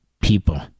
people